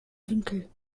winkel